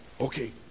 Okay